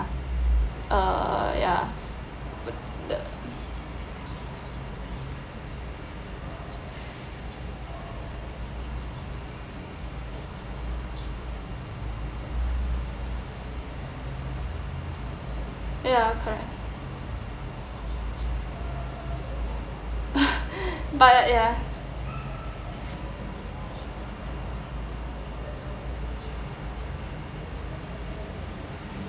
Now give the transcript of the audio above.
uh ya ya correct but ya